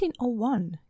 1801